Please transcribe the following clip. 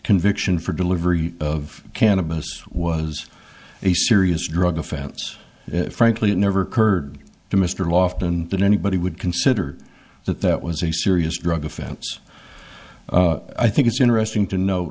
conviction for delivery of cannabis was a serious drug offense frankly it never occurred to mr loft and that anybody would consider that that was a serious drug offense i think it's interesting to no